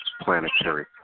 planetary